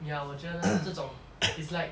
ya 我觉得这种 is like